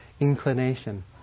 inclination